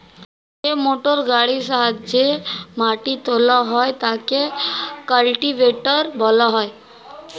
যে মোটরগাড়ির সাহায্যে মাটি তোলা হয় তাকে কাল্টিভেটর বলা হয়